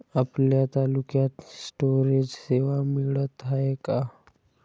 आपल्या तालुक्यात स्टोरेज सेवा मिळत हाये का?